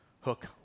hook